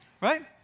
right